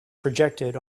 projected